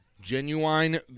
Genuine